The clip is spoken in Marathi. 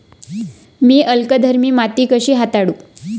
मी अल्कधर्मी माती कशी हाताळू?